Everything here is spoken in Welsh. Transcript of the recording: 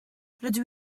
rydw